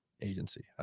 agency